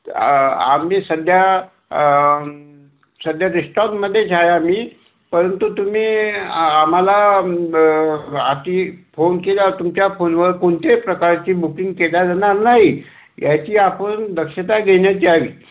आम्ही सध्या सध्या रेस्टॉरंटमध्येच आहे आम्ही परंतु तुम्ही आम्हाला आधी फोन केला तुमच्या फोनवर कोणत्याही प्रकारची बुकिंग केली जाणार नाही याची आपण दक्षता घेण्यात यावी